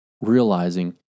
realizing